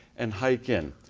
and hike in.